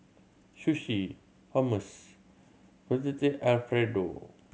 Sushi Hummus Fettuccine Alfredo